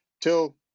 till